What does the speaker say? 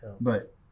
But-